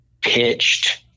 pitched